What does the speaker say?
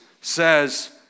says